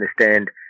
understand